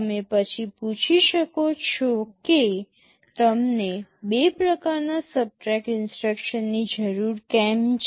તમે પછી પૂછી શકો છો કે તમને બે પ્રકારના સબટ્રેક્ટ ઇન્સટ્રક્શનની જરૂર કેમ છે